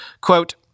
Quote